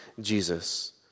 Jesus